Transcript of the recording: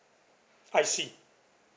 I see